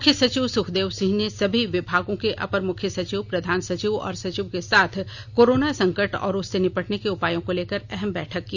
मुख्य सचिव सुखदेव सिंह ने सभी विभागों के अपर मुख्य सचिव प्रधान सचिव और सचिव के साथ कोरोना संकट और उससे निपटने के उपायों को लेकर अहम बैठक की